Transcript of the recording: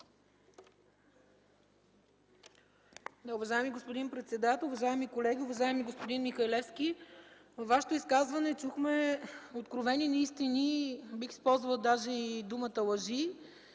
Уважаеми господин председател, уважаеми колеги! Уважаеми господин Михалевски, във Вашето изказване чухме откровени неистини, бих използвала даже и думата „лъжи”.